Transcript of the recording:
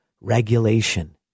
Regulation